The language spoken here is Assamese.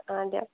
অঁ দিয়ক